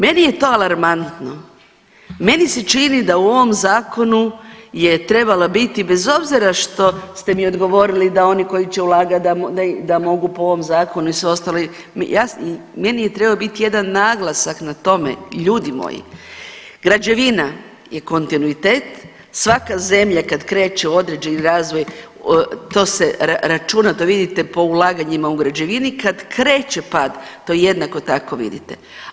Meni je to alarmantno, meni se čini da u ovom zakonu je trebala biti bez obzira što ste mi odgovorili da oni koji će ulagat da mogu po ovom zakonu i sve ostalo, meni je trebao biti jedan naglasak na tome Ljudi moji, građevina je kontinuitet, svaka zemlja kad kreće u određeni razvoj to se računa, to vidite po ulaganjima u građevini kad kreće pad to jednako tako vidite.